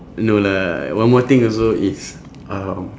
no lah one more thing also is um